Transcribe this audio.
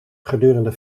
gedurende